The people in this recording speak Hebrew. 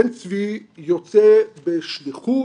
בן צבי יוצא בשליחות,